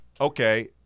Okay